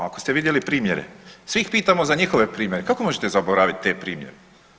Ako ste vidjeli primjere, svi ih pitamo za njihove primjere kako možete zaboraviti te primjere?